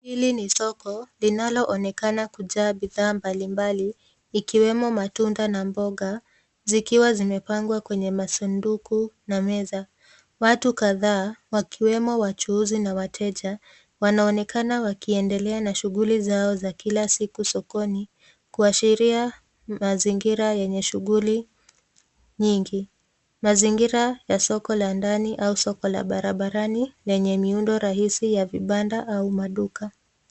Hili ni soko ambalo linaonekana kujaa bidhaa mbalimbali ikiwemo matunda na mboga zikiwa zimepangwa kwenye masanduku na meza. Watu kadhaa wakiwemo wachuuzi na wateja wanaonekana wakiendelea na shughuli zao za kila siku sokoni kuashiria mazingira yenye shuguli nyingi. Mazingira ya soko la ndani au soko la barabarani lenye miundo rahisi ya vibanda au maduka.